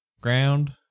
ground